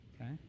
Okay